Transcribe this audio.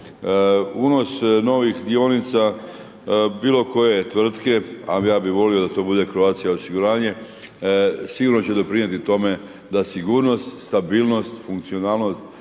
Unos novih dionica bilo koje tvrtke, a ja bi volio da to bude Croatia osiguranje, sigurno će doprinijeti tome da sigurnost, stabilnost, funkcionalnost